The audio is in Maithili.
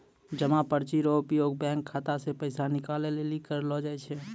जमा पर्ची रो उपयोग बैंक खाता से पैसा निकाले लेली करलो जाय छै